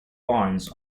barns